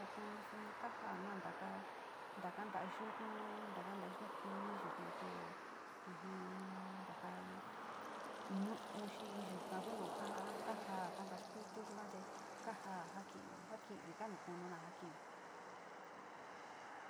Kunuu xonii kanja kananta ndaka, ndaka nan yuxnuu, ndakana yoo kuii yoo njako aján ndaka'á ño'ó xhii yuu ka'a kuno kanjá, kanjá tutu yunjuanté kaja njaki njaki vika nokova'a jakiví.